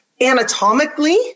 anatomically